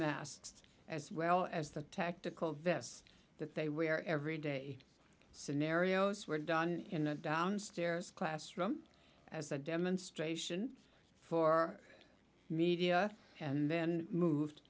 mast as well as the tactical vest that they wear every day scenarios were done in a downstairs classroom as a demonstration for media and then moved